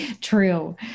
True